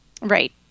Right